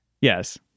Yes